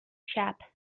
chap